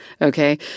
okay